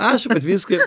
aš viską